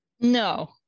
no